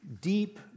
deep